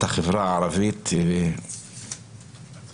את החברה הערבית, ופשיעה